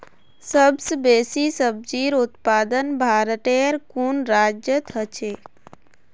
सबस बेसी सब्जिर उत्पादन भारटेर कुन राज्यत ह छेक